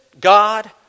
God